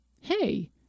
hey